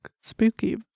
spooky